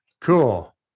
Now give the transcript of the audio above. cool